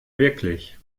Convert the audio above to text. wirklich